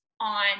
on